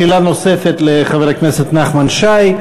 שאלה נוספת לחבר הכנסת נחמן שי.